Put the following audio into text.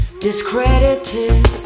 discredited